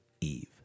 Eve